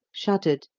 shuddered,